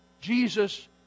Jesus